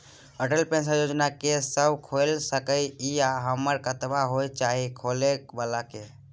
Atal pension योजना के के सब खोइल सके इ आ उमर कतबा होय चाही खोलै बला के?